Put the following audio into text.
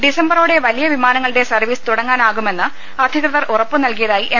ഡിസംബറോടെ വലിയ വിമാന ങ്ങളുടെ സർവീസ് തുടങ്ങാനാകുമെന്ന് അധികൃതർ ഉറപ്പുനൽകി യതായി എം